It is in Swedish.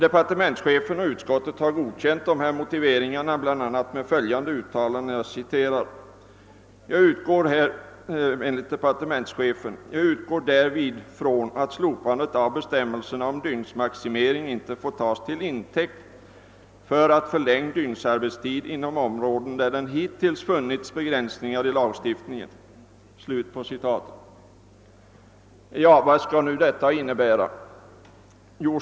Departementschefen har godkänt dessa motiveringar med bl.a. följande uttalande: »Jag utgår därvid från att slopandet av bestämmelserna om dygnsmaximeringen inte får tas till intäkt för att förlänga dygnsarbetstiden inom områden, där det hittills funnits begränsningar i lagstiftningen.« Utskottet ansluter sig härtill. Vad kan nu detta innebära?